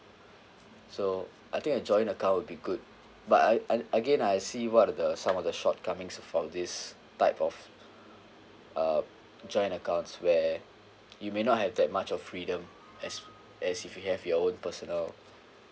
so I think a joint account would be good but I I again I see what are the some of the shortcomings from this type of uh joint accounts where you may not have that much of freedom as as if you have your own personal